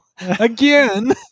again